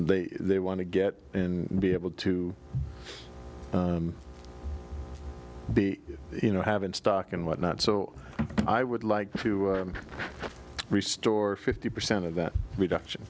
they they want to get and be able to be you know have in stock and what not so i would like to restore fifty percent of that reduction